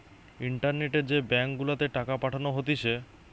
ইন্টারনেটে যে ব্যাঙ্ক গুলাতে টাকা পাঠানো হতিছে